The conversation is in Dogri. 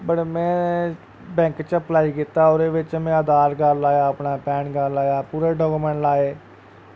पर में बैंक च अप्लाई कीता ओह्दे विच में अधार कार्ड लाया अपना पैन कार्ड लाया पूरे डाक्यूमैंट लाये